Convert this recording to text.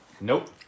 Nope